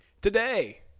Today